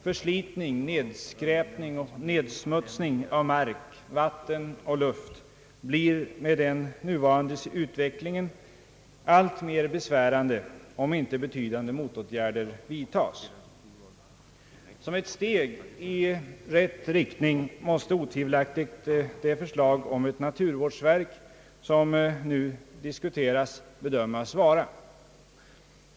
Förslitning, nedskräpning och nedsmutsning av mark, vatten och luft blir med den nuvarande utvecklingen alltmer besvärande, om inte betydande motåtgärder vidtas. Som ett steg i rätt riktning måste otvivelaktigt det förslag om ett naturvårdsverk, som nu diskuteras, bedömas vara.